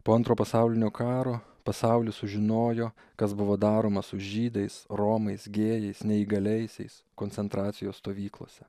po antro pasaulinio karo pasaulis sužinojo kas buvo daroma su žydais romais gėjais neįgaliaisiais koncentracijos stovyklose